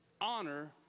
honor